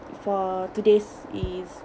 for today's is